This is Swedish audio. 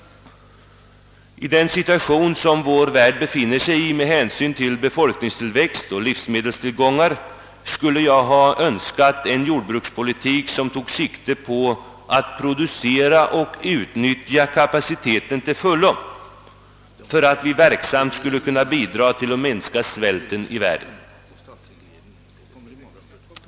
I den situation, vari vår värld befinner sig med hänsyn till befolkningstillväxt och livsmedelstillgångar, skulle jag ha önskat en jordbrukspolitik som tog sikte på att producera och utnyttja kapaciteten till fullo, för att vi verksamt skulle kunna bidraga till att minska svälten i världen.